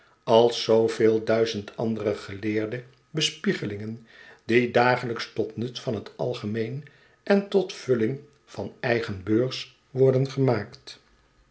als zoo veel duizend andere geleerde bespiegelingen die dagelijks tot nut van het algemeen en tot vulling van eigen beurs word en gemaakt